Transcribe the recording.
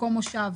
מקום מושב,